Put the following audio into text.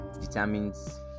determines